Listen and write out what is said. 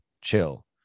chill